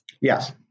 Yes